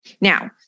Now